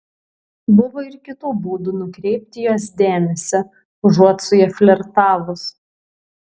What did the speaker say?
buvo ir kitų būdų nukreipti jos dėmesį užuot su ja flirtavus